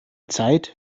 zeit